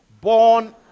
born